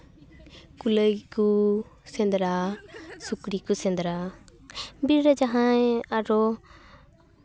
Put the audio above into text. ᱠᱩᱞᱟᱹᱭ ᱠᱚ ᱥᱮᱸᱫᱽᱨᱟ ᱥᱩᱠᱨᱤ ᱠᱚ ᱥᱮᱸᱫᱽᱨᱟ ᱵᱤᱨ ᱨᱮ ᱡᱟᱦᱟᱸᱭ ᱟᱨᱚ